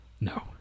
No